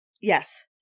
yes